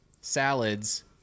salads